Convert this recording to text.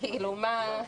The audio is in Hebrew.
כל